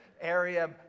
area